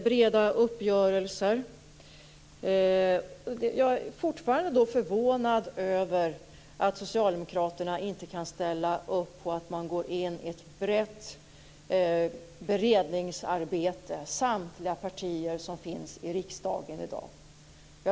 Herr talman! Börje Nilsson säger att det är bra om man har breda uppgörelser. Jag är fortfarande förvånad över att socialdemokraterna inte kan ställa upp på att samtliga partier som i dag finns i riksdagen går in i ett brett beredningarbete.